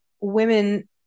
women